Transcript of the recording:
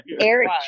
Eric